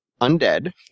undead